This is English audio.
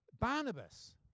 Barnabas